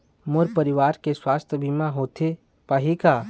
मोर परवार के सुवास्थ बीमा होथे पाही का?